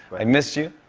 i missed you.